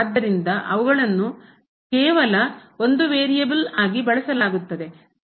ಆದ್ದರಿಂದ ಅವುಗಳನ್ನು ಕೇವಲ ಒಂದು ವೇರಿಯೇಬಲ್ ಆಗಿ ಬಳಸಲಾಗುತ್ತದೆ